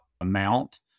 amount